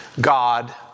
God